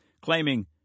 Claiming